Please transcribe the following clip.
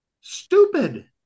Stupid